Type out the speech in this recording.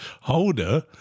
holder